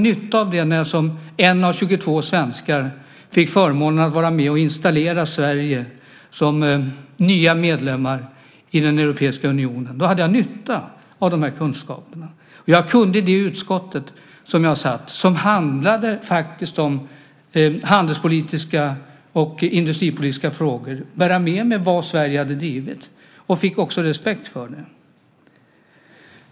När jag som en av 22 svenskar fick förmånen att vara med och installera Sverige som ny medlem i den europeiska unionen hade jag nytta av de kunskaperna. Jag kunde i det utskott där jag satt, som handlade handelspolitiska och industripolitiska frågor, bära med mig vad Sverige hade drivit och fick också respekt för det.